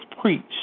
preached